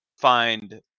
find